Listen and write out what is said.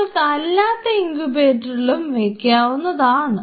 നിങ്ങൾക്ക് അല്ലാത്ത ഇൻകുബേറ്ററിലും വെക്കാവുന്നതാണ്